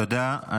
תודה.